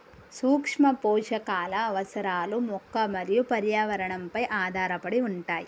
సూక్ష్మపోషకాల అవసరాలు మొక్క మరియు పర్యావరణంపై ఆధారపడి ఉంటాయి